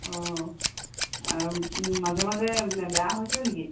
অঁ মাজে মাজে বেয়া হৈছিলে নেকি